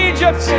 Egypt